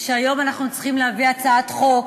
שהיום אנחנו צריכים להביא הצעת חוק